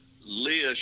Leah